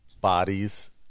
bodies